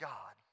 God